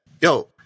yo